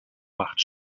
macht